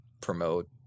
promote